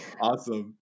Awesome